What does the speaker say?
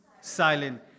silent